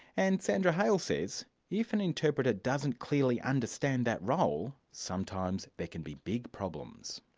and sandra hale says if an interpreter doesn't clearly understand that role, sometimes there can be big problems.